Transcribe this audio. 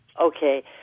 Okay